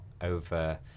over